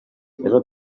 ejo